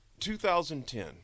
2010